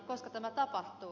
koska tämä tapahtuu